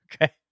Okay